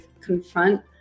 confront